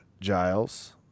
Giles